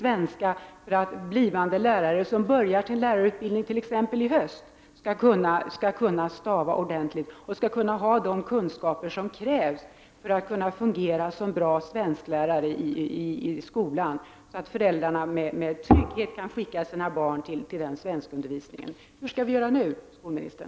Min fråga till finansministern är således: Är regeringen beredd att i samband med den kommande skattereformen föreslå förändringar som undanröjer nuvarande orimliga konsekvenser av reglerna för reavinstbeskattningen vid försäljning av bostadsrättslägenheter?